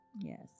yes